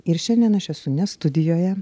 ir šiandien aš esu ne studijoje